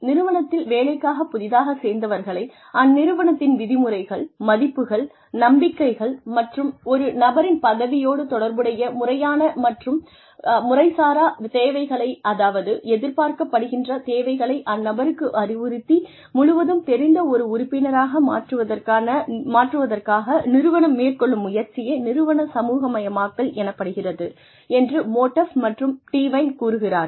நிறுவனத்தில் வேலைக்காகப் புதிதாகச் சேர்ந்தவர்களை அந்நிறுவனத்தின் விதிமுறைகள் மதிப்புகள் நம்பிக்கைகள் மற்றும் ஒரு நபரின் பதவியோடு தொடர்புடைய முறையான மற்றும் முறைசாரா தேவைகளை அதாவது எதிர்பார்க்கப்படுகிற தேவைகளை அந்நபருக்கு அறிவுறுத்தி முழுவதும் தெரிந்த ஒரு உறுப்பினராக மாற்றுவதற்காக நிறுவனம் மேற்கொள்ளும் முயற்சியே நிறுவன சமூக மயமாக்கல் எனப்படுகிறது என்று மோடஃப் மற்றும் டீவைன் கூறுகிறார்கள்